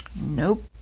Nope